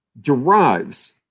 derives